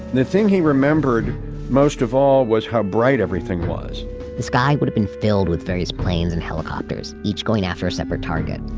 the thing he remembered most of all was how bright everything was the sky would have been filled with various planes and helicopters, each going after a separate target.